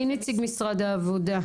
מי נציג משרד העבודה?